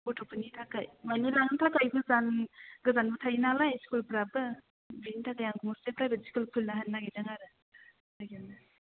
गथ'फोरनि थाखाय दोनलांनो थाखाय गोजानाव थायो नालाय स्कुफ्राबो बिनि थाखाय आं गंसे प्राइभेट स्कुल खुलिना होनो नागिरदों आरो बिदिनो